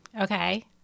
Okay